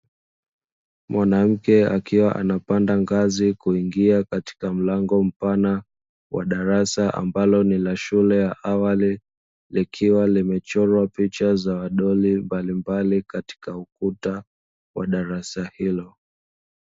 Mwanamke akiwa anapanda ngazi kuingia katika mlango mpana wa darasa ambalo ni la shule ya awali, likiwa limechorwa picha za wadoli mbalimbali katika ukuta wa darasa hilo.